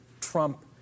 Trump